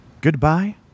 goodbye